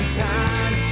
time